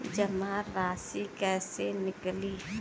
जमा राशि कइसे निकली?